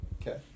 Okay